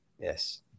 Yes